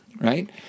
Right